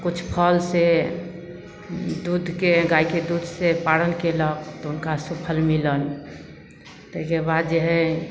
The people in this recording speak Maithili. किछु फलसे दूधके गाइके दूधसे पारण कएलक तऽ हुनका सुफल मिलल ताहिके बाद जे हइ